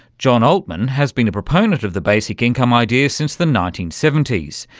jon altman has been a proponent of the basic income idea since the nineteen seventy s.